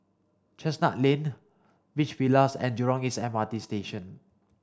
Chestnut Lane Beach Villas and Jurong East M R T Station